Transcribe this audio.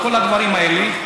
כל הדברים האלה.